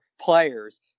players